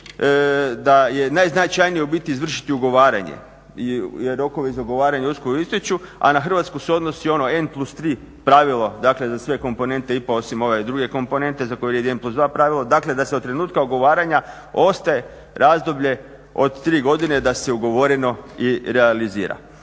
da je najznačajnije ubiti izvršiti ugovaranje jer rokovi iz ugovaranja uskoro istječu a na Hrvatsku se odnosi ono N+3 pravilo dakle za sve komponente IPA osim ove druge komponente za koju je 1+2 pravilo, dakle da se od trenutka ugovaranja ostaje razdoblje od tri godine da se ugovoreno i realizira.